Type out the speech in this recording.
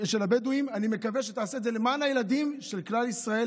אני מקווה שתעשה את זה למען הילדים של כלל ישראל.